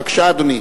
בבקשה, אדוני.